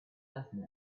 laughing